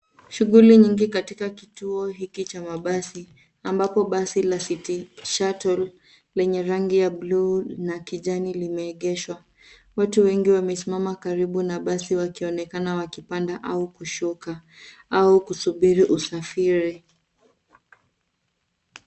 Shughuli nyingi katika kituo hiki cha mabasi ambapo basi la City Shuttle, lenye rangi ya buluu na kijani, limeegeshwa. Watu wengi wamesimama karibu na basi, wakionekana wakipanda au kushuka au kusubiri usafiri.